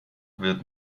wird